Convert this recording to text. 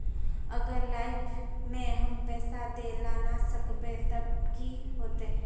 अगर लाइफ में हम पैसा दे ला ना सकबे तब की होते?